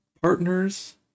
partners